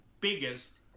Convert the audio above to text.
biggest